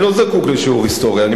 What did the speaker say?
אני לא זקוק לשיעור היסטוריה,